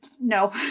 no